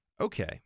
Okay